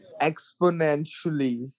exponentially